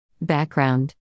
Background